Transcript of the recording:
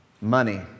money